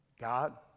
God